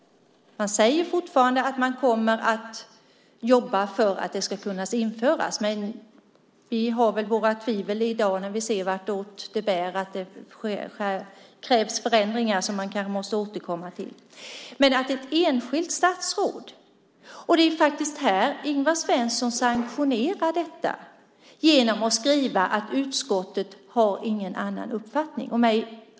Man säger fortfarande att man kommer att jobba för att det ska kunna införas. Men vi har våra tvivel i dag när vi ser vartåt det bär. Det krävs förändringar som man kanske måste återkomma till. Men här gäller det ett enskilt statsråd. Ingvar Svensson sanktionerar detta genom att skriva att utskottet inte har någon annan uppfattning.